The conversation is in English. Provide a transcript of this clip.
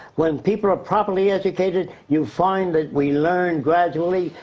when people are properly educated, you find that we learn gradually,